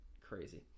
crazy